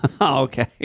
Okay